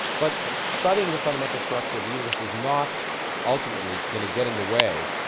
but studying the fundamental structure of the universe is not ultimately going to get in the way.